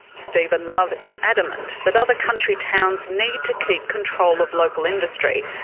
stephen love is adamant that other country towns need to keep control of local industry,